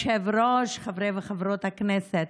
כבוד היושב-ראש, חברי וחברות הכנסת,